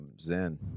zen